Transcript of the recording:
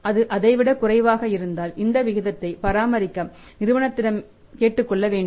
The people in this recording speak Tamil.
அது அதை விட குறைவாக இருந்தால் இந்த விகிதத்தை பராமரிக்க நிறுவனத்திடம் கேட்டுக்கொள்ள வேண்டும்